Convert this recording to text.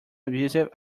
abusive